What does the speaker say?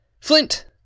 Flint